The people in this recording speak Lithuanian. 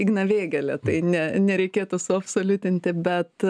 igną vėgėlę tai ne nereikėtų suabsoliutinti bet